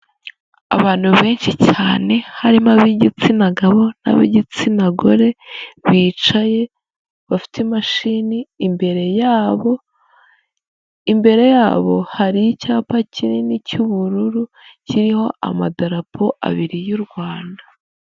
Abantu benshi cyane harimo ab'igitsina gabo n'ab'igitsina gore, bicaye, bafite imashini imbere yabo, imbere yabo hari icyapa kinini cy'ubururu, kiriho amadarapo abiri y'u Rwanda.